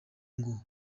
ngo